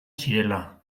zirela